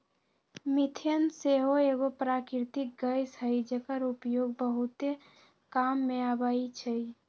methane सेहो एगो प्राकृतिक गैस हई जेकर उपयोग बहुते काम मे अबइ छइ